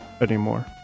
anymore